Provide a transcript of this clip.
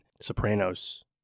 Sopranos